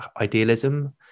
idealism